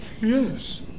Yes